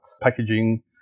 packaging